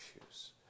issues